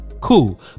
Cool